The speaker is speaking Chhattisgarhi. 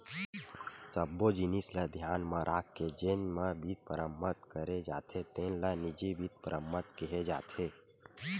सब्बो जिनिस ल धियान म राखके जेन म बित्त परबंध करे जाथे तेन ल निजी बित्त परबंध केहे जाथे